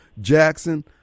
Jackson